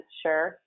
sure